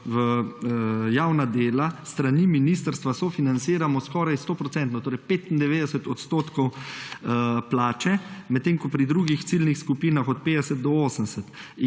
v javna dela s strani ministrstva sofinanciramo skoraj stoodstotno, torej 95 % plače, medtem ko pri drugih ciljnih skupinah 50–80